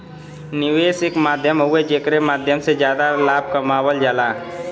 निवेश एक माध्यम हउवे जेकरे माध्यम से जादा लाभ कमावल जाला